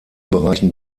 bereichen